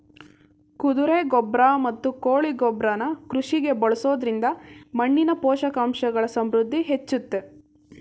ಕುದುರೆ ಗೊಬ್ರ ಮತ್ತು ಕೋಳಿ ಗೊಬ್ರನ ಕೃಷಿಗೆ ಬಳಸೊದ್ರಿಂದ ಮಣ್ಣಿನ ಪೋಷಕಾಂಶಗಳ ಸಮೃದ್ಧಿ ಹೆಚ್ಚುತ್ತೆ